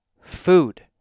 food